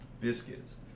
biscuits